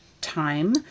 time